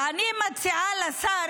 ואני מציעה לשר,